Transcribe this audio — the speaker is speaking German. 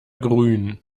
grün